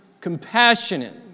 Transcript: compassionate